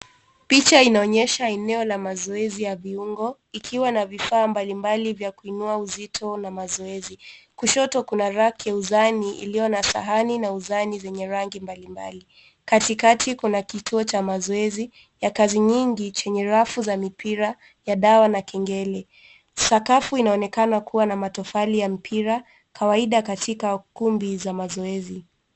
Picha inaonyesha eneo la mazoezi ya viungo ikiwa na vifaa mbalimbali vya kuinua uzito na mazoezi ,kushoto kuna raki ya uzani ilio na sahani na uzani zenye rangi mbalimbali ,katikati kuna kituo cha mazoezi ya kazi nyingi chenye rafu za mpira ya dawa na kengele ,sakafu inaonekana kuwa na matofali ya mpira kawaida katika kumbi za mazoezi.